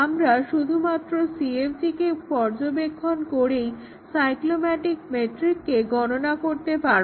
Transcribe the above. আমরা শুধুমাত্র CFG কে পর্যবেক্ষণ করেই সাইক্লোমেটিক মেট্রিককে গণনা করতে পারব